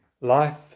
life